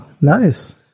Nice